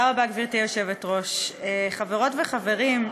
גברתי היושבת-ראש, חברות וחברים,